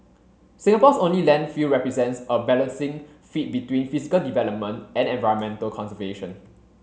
Singapore's only landfill represents a balancing feat between physical development and environmental conservation